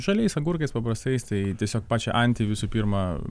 žaliais agurkais paprastais tai tiesiog pačią antį visų pirma